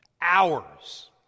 hours